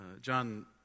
John